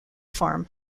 farm